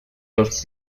los